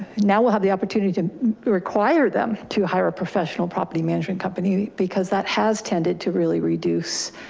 now we'll have the opportunity to require them to hire a professional property management company, because that has tended to really reduce,